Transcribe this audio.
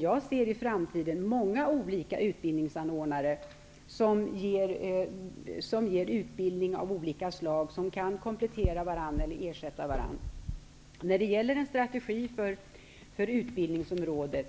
Jag ser många olika utbildningsanordnare i framtiden som ger utbildning av olika slag. De kan komplettera eller ersätta varandra. När det gäller en strategi för utbildningsområdet